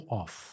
off